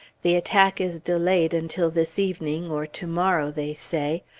the attack is delayed until this evening, or to-morrow, they say.